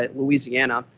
ah louisiana,